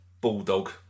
bulldog